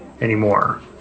anymore